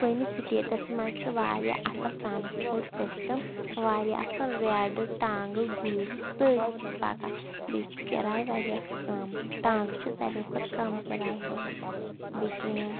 سٲنِس سٹیٹَس منٛز چھِ واریاہ اَصٕل ٹرٛانَسپوٹ شِشٹَم واریاہ اَصٕل ریڈٕ ٹانٛگہٕ گُرۍ سٲری چھِ پَکان بیٚیہِ چھِ کِراے واریاہ کَم ٹانٛگہٕ چھِ ساروِیو کھۄتہٕ کَم کِراے ہٮ۪وان بیٚیہِ ٹرٛین